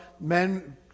men